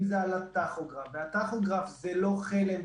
אם זה על הטכוגרף והטכוגרף זה לא חלם,